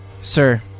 sir